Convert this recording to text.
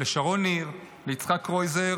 לשרון ניר, ליצחק קרויזר